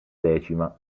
decima